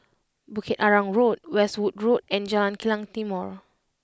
Bukit Arang Road Westwood Road and Jalan Kilang Timor